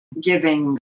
giving